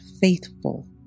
faithful